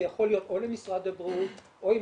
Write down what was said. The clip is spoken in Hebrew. זה יכול להיות או למשרד הבריאות או אם